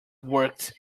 worked